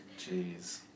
Jeez